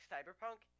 Cyberpunk